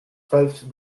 twelfth